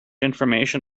information